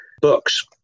books